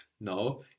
no